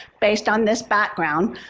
based on this background,